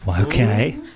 Okay